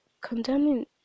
condemning